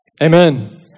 Amen